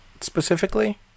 specifically